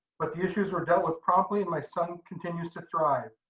but the issues were dwelt with promptly and my son continues to thrive.